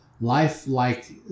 lifelike